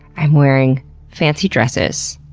i'm wearing fancy dresses.